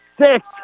six